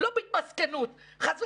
שנוגעת לפתיחת המשק,